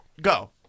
go